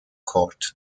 court